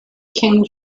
king